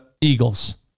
Eagles